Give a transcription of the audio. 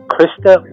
Krista